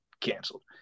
canceled